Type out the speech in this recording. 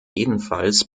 jedenfalls